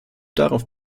darauf